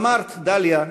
אמרת, דליה,